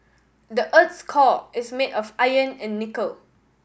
the earth's core is made of iron and nickel